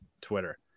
Twitter